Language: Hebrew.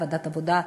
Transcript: ועדת העבודה,